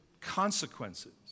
consequences